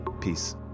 Peace